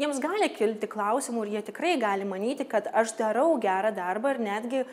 jiems gali kilti klausimų ir jie tikrai gali manyti kad aš darau gerą darbą ir netgi